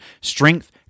strength